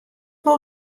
wol